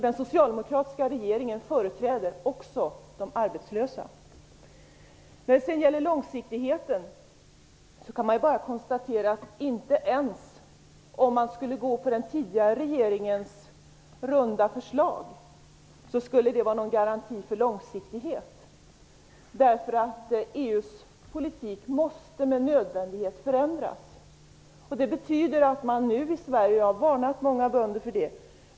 Den socialdemokratiska regeringen företräder också de arbetslösa. När det sedan gäller långsiktigheten kan man bara konstatera att det inte ens om man skulle gå på den tidigare regeringens runda förslag skulle vara någon garanti för långsiktighet, därför att EU:s långsiktiga politik med nödvändighet måste förändras. Det betyder att man nu i Sverige har varnat många bönder för detta.